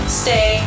stay